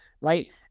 right